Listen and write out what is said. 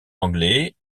anglais